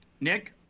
nick